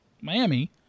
Miami